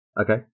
Okay